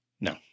No